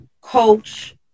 coach